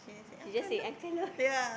she just say uncle loh